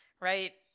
Right